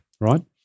right